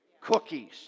cookies